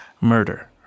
murder